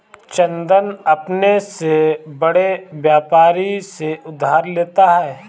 चंदन अपने से बड़े व्यापारी से उधार लेता है